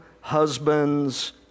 husbands